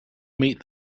meet